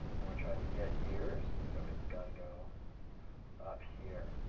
and we're trying to get years, so it's got to go up here.